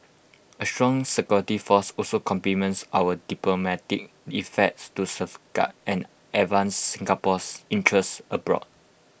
A strong security force also complements our diplomatic effects to safeguard and advance Singapore's interests abroad